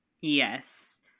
Yes